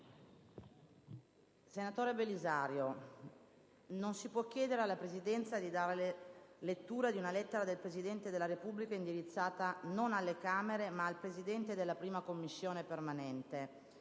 Senatore Belisario, non si può chiedere alla Presidenza di dare lettura di una lettera del Presidente della Repubblica indirizzata non alle Camere, ma al Presidente della 1a Commissione permanente.